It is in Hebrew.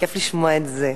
כיף לשמוע את זה,